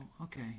Okay